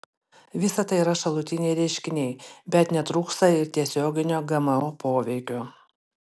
visa tai yra šalutiniai reiškiniai bet netrūksta ir tiesioginio gmo poveikio